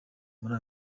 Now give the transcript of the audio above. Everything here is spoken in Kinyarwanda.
muri